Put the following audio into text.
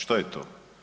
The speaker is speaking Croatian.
Što je to?